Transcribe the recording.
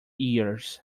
years